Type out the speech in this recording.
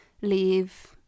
leave